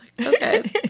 Okay